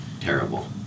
terrible